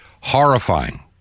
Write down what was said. horrifying